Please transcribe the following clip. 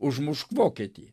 užmušk vokietį